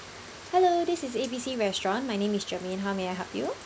hello this is A B C restaurant my name is germaine how may I help you